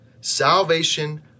Salvation